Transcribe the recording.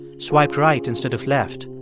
swiped right instead of left,